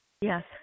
Yes